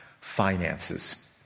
finances